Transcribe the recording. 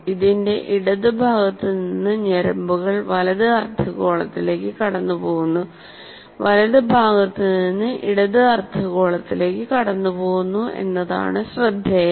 ഇതിന്റെ ഇടതുഭാഗത്ത് നിന്ന് ഞരമ്പുകൾ വലത് അർദ്ധഗോളത്തിലേക്ക് കടന്നുപോകുന്നു വലതുഭാഗത്ത് നിന്ന് ഇടത് അർദ്ധഗോളത്തിലേക്ക് കടന്നുപോകുന്നു എന്നതാണ് ശ്രദ്ധേയം